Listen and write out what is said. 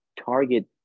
target